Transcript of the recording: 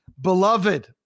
beloved